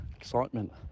excitement